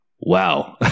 wow